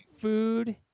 food